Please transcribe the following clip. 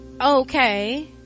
okay